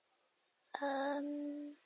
um